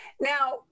Now